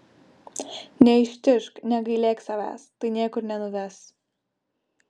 neištižk negailėk savęs tai niekur nenuves